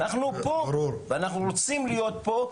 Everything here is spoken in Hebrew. אנחנו פה ורוצים להיות פה,